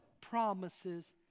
promises